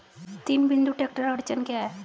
तीन बिंदु ट्रैक्टर अड़चन क्या है?